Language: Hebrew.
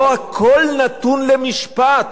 לא הכול נתון למשפט.